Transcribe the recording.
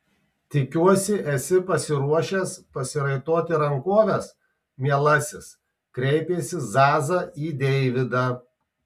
tikiuosi esi pasiruošęs pasiraitoti rankoves mielasis kreipėsi zaza į deividą